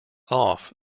off